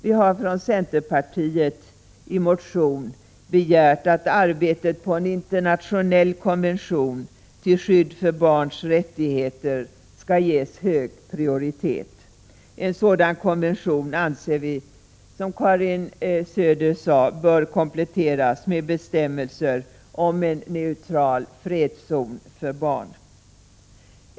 Vi har från centerpartiet i en motion begärt att arbetet på en internationell konvention till skydd för barns rättigheter skall ges hög prioritet. En sådan konvention anser vi, som Karin Söder sade, bör kompletteras med bestämmelser om en neutral fredszon för barn.